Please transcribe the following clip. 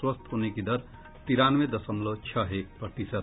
स्वस्थ होने की दर तिरानवे दशमलव छह एक प्रतिशत